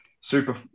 super